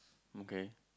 okay